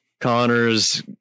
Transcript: Connor's